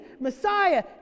Messiah